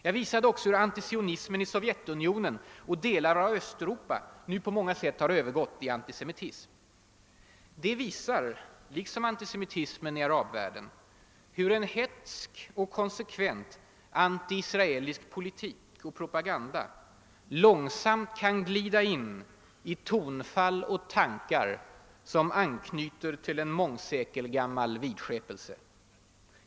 Jag visade också hur antisionismen i Sovjetunionen och delar av Östeuropa nu på många sätt har övergått i antisemitism. Det visar, liksom antisemitismen i arabvärlden, hur en hätsk och konsekvent antiisraelisk politik och propaganda långsamt kan glida in i tonfall och tankar som anknyter till mångsekelgammal vidskepelse.